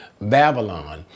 Babylon